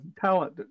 talent